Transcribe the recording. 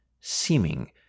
seeming